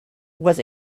was